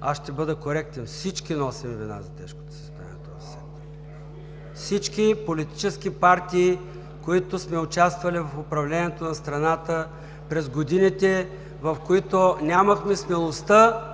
Аз ще бъда коректен. Всички носим вина за тежкото състояние на този сектор – всички политически партии, които сме участвали в управлението на страната през годините, в които нямахме смелостта